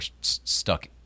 stuck